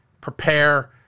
prepare